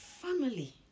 family